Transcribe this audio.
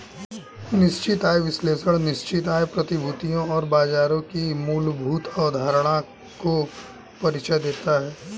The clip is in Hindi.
निश्चित आय विश्लेषण निश्चित आय प्रतिभूतियों और बाजारों की मूलभूत अवधारणाओं का परिचय देता है